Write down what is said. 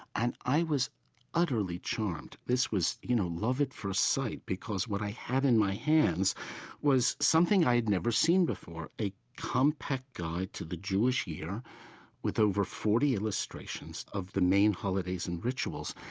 and i was utterly charmed. this was, you know, love at first sight, because what i had in my hands was something i had never seen before, a compact guide to the jewish year with over forty illustrations of the main holidays and rituals.